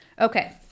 Okay